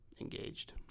engaged